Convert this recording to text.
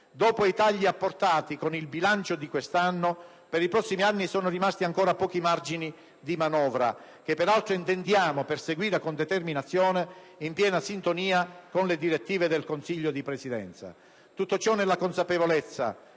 Dopo i tagli apportati con il bilancio di quest'anno, per i prossimi anni sono rimasti ancora pochi margini di manovra, che peraltro intendiamo perseguire con determinazione, in piena sintonia con le direttive del Consiglio di Presidenza. Tutto ciò nella consapevolezza